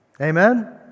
Amen